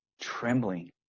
trembling